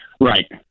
Right